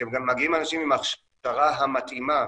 כשמגיעים אנשים עם ההכשרה המתאימה,